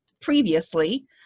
previously